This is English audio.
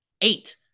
Eight